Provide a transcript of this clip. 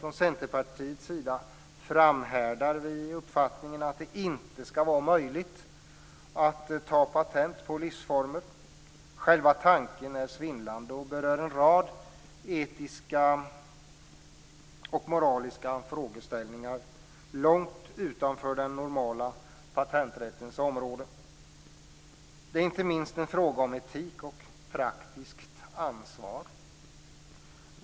Från Centerpartiets sida framhärdar vi i uppfattningen att det inte skall vara möjligt att ta patent på livsformer. Själva tanken är svindlande och berör en rad etiska och moraliska frågeställningar långt utanför den normala patenträttens område. Det är inte minst en fråga om etik och praktiskt ansvar.